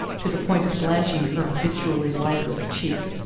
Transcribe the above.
to the point of blanching her habitually lifeless cheek.